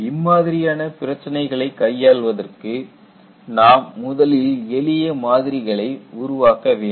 இம்மாதிரியான பிரச்சனைகளை கையாள்வதற்கு நாம் முதலில் எளிய மாதிரிகளை உருவாக்க வேண்டும்